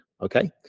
okay